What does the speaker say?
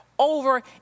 over